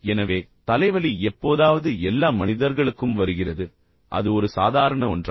எனவே தலைவலி எப்போதாவது எல்லா மனிதர்களுக்கும் வருகிறது அது ஒரு சாதாரண ஒன்றாகும்